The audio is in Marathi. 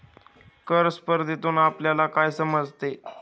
कर स्पर्धेतून आपल्याला काय समजते?